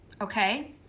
okay